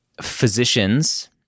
physicians